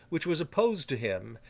which was opposed to him,